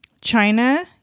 China